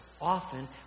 often